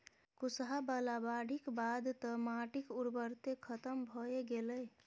कुसहा बला बाढ़िक बाद तँ माटिक उर्वरते खतम भए गेलै